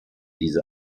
diese